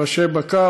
ראשי בקר,